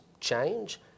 change